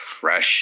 fresh